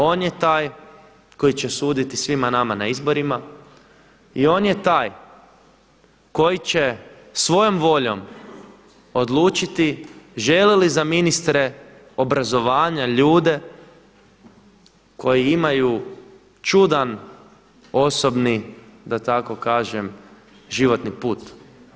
On je taj koji će suditi svima nama na izborima i on je taj koji će svojom voljom odlučiti želi li za ministre obrazovanja ljude koji imaju čudan osobni da tako kažem životni put.